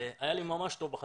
היה לי ממש טוב בחסידות,